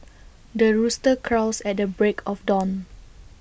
the rooster crows at the break of dawn